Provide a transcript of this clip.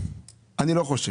אני לא חושב.